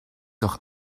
doch